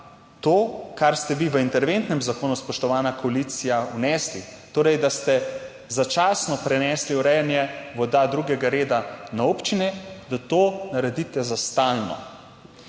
kar ste vi v interventnem zakonu, spoštovana koalicija, vnesli, torej, da ste začasno prenesli urejanje voda drugega reda na občine, da to naredite za stalno.